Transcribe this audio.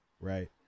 right